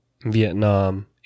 Vietnam